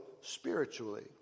spiritually